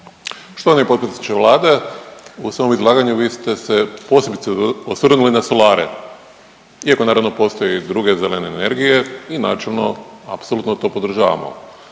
Štovani potpredsjedniče Vlade, u svom izlaganju vi ste se posebice osvrnuli na solare iako naravno postoje i druge zelene energije i načelno, apsolutno to podržavamo.